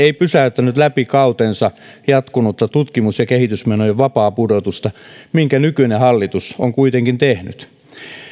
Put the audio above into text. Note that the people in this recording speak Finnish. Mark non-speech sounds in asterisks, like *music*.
*unintelligible* ei pysäyttänyt läpi kautensa jatkunutta tutkimus ja kehitysmenojen vapaapudotusta minkä nykyinen hallitus on kuitenkin tehnyt